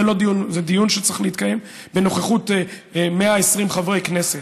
זה דיון שצריך להתקיים בנוכחות 120 חברי הכנסת,